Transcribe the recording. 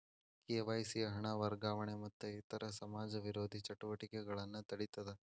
KYC ಹಣ ವರ್ಗಾವಣೆ ಮತ್ತ ಇತರ ಸಮಾಜ ವಿರೋಧಿ ಚಟುವಟಿಕೆಗಳನ್ನ ತಡೇತದ